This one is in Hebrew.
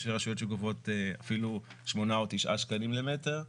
רשויות שגובות אפילו 8-9 שקלים למטר.